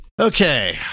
okay